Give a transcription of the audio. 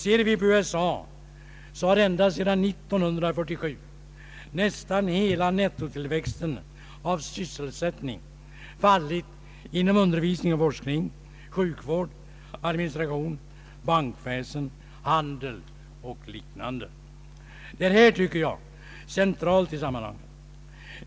Ser vi på USA finner vi att ända sedan 1947 nästan hela nettotillväxten av sysselsättning har fallit inom undervisning och forskning, sjukvård, administration, bankväsen, handel och liknande. Det här är, tycker jag, centralt i sammanhanget.